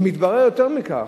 ומתברר יותר מכך,